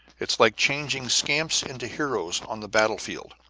it's like changing scamps into heroes on the battle-field,